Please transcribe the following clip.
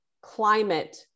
climate